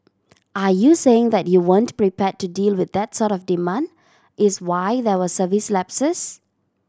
are you saying that you weren't prepared to deal with that sort of demand is why there were service lapses